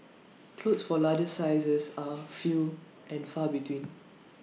clothes for larger sizes are few and far between